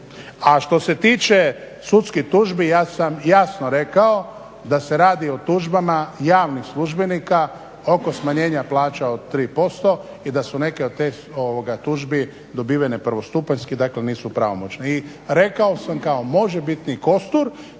A što se tiče sudskih tužbi ja sam jasno rekao da se radi o tužbama javnih službenika oko smanjenja plaća od 3% i da su neke od tih tužbi dobivene prvostupanjski dakle nisu pravomoćne. I rekao samo kao možebitni kostur